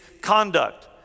conduct